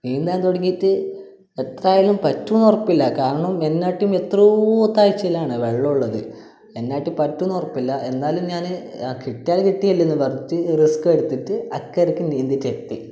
നീന്താൻ തുടങ്ങീട്ട് എത്ര ആയാലും പറ്റുവോന്ന് ഉറപ്പില്ല കാരണം എന്നാട്ടും എത്രയോ താഴ്ചേലാണ് വെള്ളമുള്ളത് എന്നിട്ട് പറ്റുവോന്ന് ഉറപ്പില്ല എന്നാലും ഞാൻ ആ കിട്ടിയാൽ കിട്ടി എന്ന് പറഞ്ഞിട്ട് റിസ്ക്കെട്ത്തിട്ട് അക്കരക്ക് നീന്തീട്ടെത്തി